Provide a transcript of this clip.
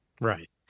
Right